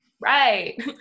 right